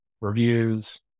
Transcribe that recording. reviews